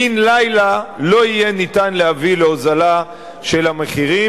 בן-לילה לא יהיה אפשר להביא להוזלה של המחירים.